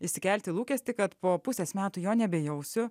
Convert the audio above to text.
išsikelti lūkestį kad po pusės metų jo nebejausiu